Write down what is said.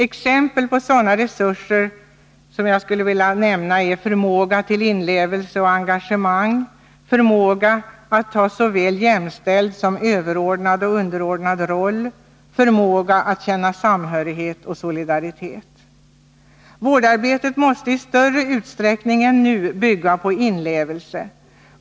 Exempel på sådana resurser är förmåga till inlevelse och engagemang, förmåga att ta såväl jämställd som överordnad och underordnad roll samt förmåga att känna samhörighet och solidaritet. Vårdarbetet måste i större utsträckning än nu bygga på inlevelse.